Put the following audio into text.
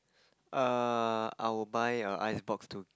err I will buy a ice box too